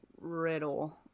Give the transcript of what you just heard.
Riddle